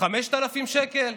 5,000 שקל?